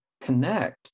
connect